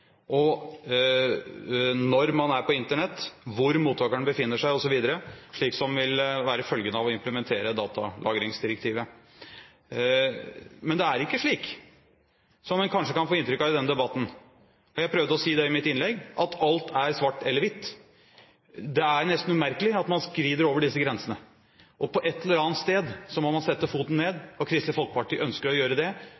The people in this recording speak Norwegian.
til, når man er på Internett, hvor mottakeren befinner seg osv., som vil være følgen av å implementere datalagringsdirektivet. Men det er ikke slik som en kanskje kan få inntrykk av i denne debatten – og jeg prøvde å si det i mitt innlegg – at alt er svart eller hvitt. Det er nesten umerkelig at man skrider over disse grensene. På et eller annet sted må man sette foten